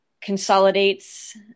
consolidates